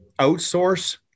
outsource